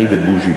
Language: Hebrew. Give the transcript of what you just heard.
אני ובוז'י.